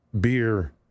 beer